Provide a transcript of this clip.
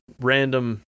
random